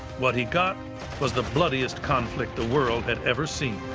what he got was the bloodiest conflict the world had ever seen.